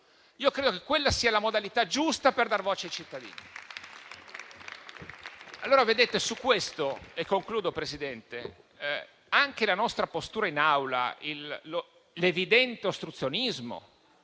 Io credo che quella sia la modalità giusta per dar voce ai cittadini.